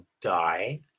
Die